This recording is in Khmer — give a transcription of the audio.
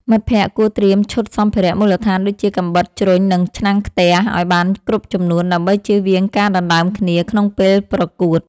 មិត្តភក្តិគួរត្រៀមឈុតសម្ភារៈមូលដ្ឋានដូចជា កាំបិត ជ្រុញ និងឆ្នាំងខ្ទះ ឱ្យបានគ្រប់ចំនួនដើម្បីចៀសវាងការដណ្ដើមគ្នាក្នុងពេលប្រកួត។